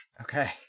Okay